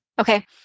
okay